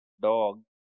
dog